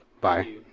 bye